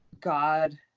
God